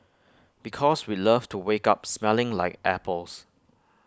because we'd love to wake up smelling like apples